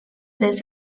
this